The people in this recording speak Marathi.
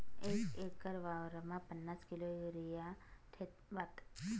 एक एकर वावरमा पन्नास किलो युरिया ठेवात